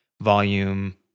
volume